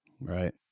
Right